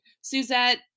Suzette